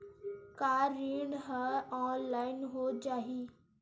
का ऋण ह ऑनलाइन हो जाही?